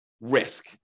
risk